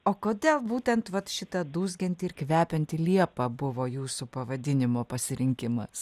o kodėl būtent vat šita dūzgianti ir kvepianti liepa buvo jūsų pavadinimo pasirinkimas